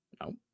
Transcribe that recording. No